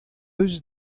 eus